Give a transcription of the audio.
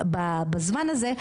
בזמן הזה,